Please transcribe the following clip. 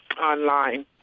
online